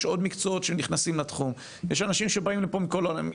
יש עוד מקצועות שנכנסים לתחום יש אנשים שבאים לפה מכל העולם.